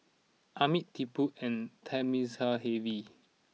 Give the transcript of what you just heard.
Amit Tipu and Thamizhavel